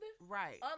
Right